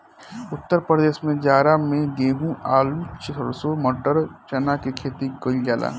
उत्तर प्रदेश में जाड़ा में गेंहू, आलू, सरसों, मटर, चना के खेती कईल जाला